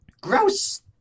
gross